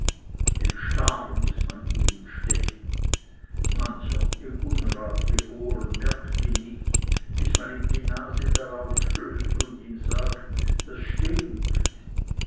den star muß man ihnen stechen mancher im unrat geboren merkt ihn nicht bis man ihm die nase darauf stößt und ihm sagt das stinkt